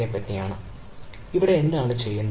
നമ്മൾ എന്താണ് ചെയ്യേണ്ടത്